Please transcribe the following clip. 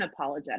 unapologetic